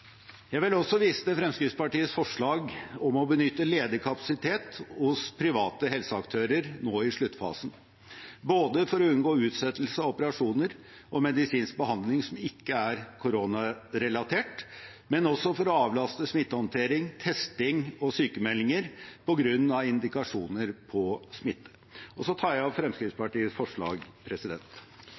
Jeg vil også vise til Fremskrittspartiets forslag om å benytte ledig kapasitet hos private helseaktører nå i sluttfasen, både for å unngå utsettelse av operasjoner og medisinsk behandling som ikke er koronarelatert, og for å avlaste smittehåndtering, testing og sykemeldinger på grunn av indikasjon på smitte. Jeg tar opp Fremskrittspartiets forslag.